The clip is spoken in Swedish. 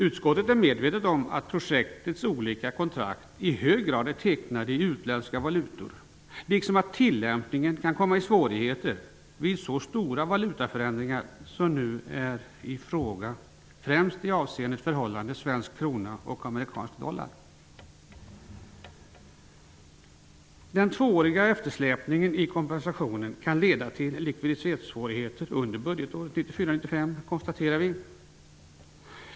Utskottet är medvetet om att projektets olika kontrakt i hög grad är tecknade i utländska valutor, liksom att tillämpningen kan komma i svårigheter vid så stora valutaförändringar som det nu är fråga om, främst avseende förhållandet mellan svensk krona och amerikansk dollar. Den tvååriga eftersläpningen i kompensationen kan leda till likviditetssvårigheter under budgetåret 1994/95, konstaterar vi.